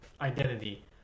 identity